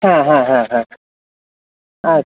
হ্যাঁ হ্যাঁ হ্যাঁ হ্যাঁ হ্যাঁ আছ